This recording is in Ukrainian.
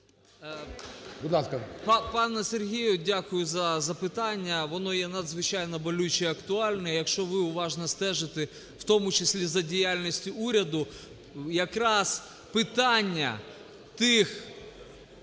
Пане Сергію, дякую за запитання. Воно є надзвичайно болюче і актуальне. Якщо ви уважно стежите, в тому числі за діяльністю уряду, якраз питання тих…